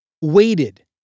waited